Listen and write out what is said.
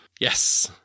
Yes